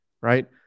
right